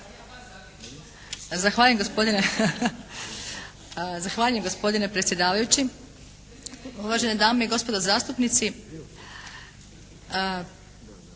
Zahvaljujem gospodine predsjedavajući. Uvažene dame i gospodo zastupnici